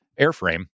airframe